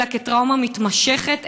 אלא כטראומה מתמשכת,